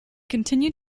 continue